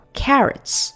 carrots